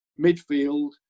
midfield